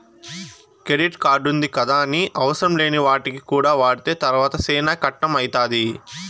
credit కార్డుంది గదాని అవసరంలేని వాటికి కూడా వాడితే తర్వాత సేనా కట్టం అయితాది